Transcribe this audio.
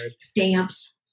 Stamps